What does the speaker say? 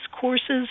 courses